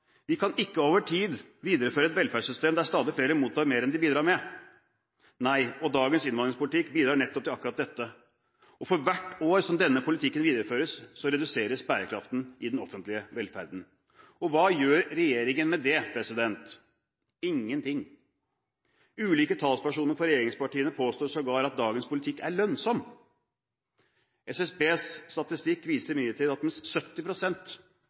«Vi kan ikke over tid videreføre et velferdssystem der stadig flere mottar mer enn de bidrar med.» Nei, og dagens innvandringspolitikk bidrar nettopp til akkurat dette. For hvert år denne politikken videreføres, reduseres bærekraften i den offentlige velferden. Hva gjør regjeringen med det? Ingenting. Ulike talspersoner for regjeringspartiene påstår sågar at dagens politikk er lønnsom. SSBs statistikk viste nylig til at